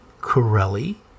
corelli